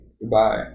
goodbye